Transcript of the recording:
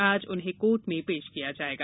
आज उन्हें कोर्ट में पेष किया जायेगा